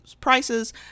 prices